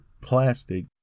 plastic